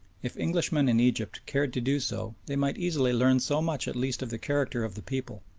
if englishmen in egypt cared to do so they might easily learn so much at least of the character of the people,